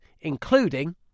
including